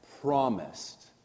promised